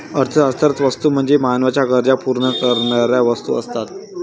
अर्थशास्त्रात वस्तू म्हणजे मानवाच्या गरजा पूर्ण करणाऱ्या वस्तू असतात